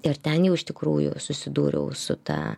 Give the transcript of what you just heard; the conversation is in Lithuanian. ir ten jau iš tikrųjų susidūriau su ta